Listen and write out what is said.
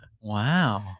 Wow